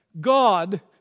God